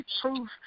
proof